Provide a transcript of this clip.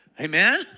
Amen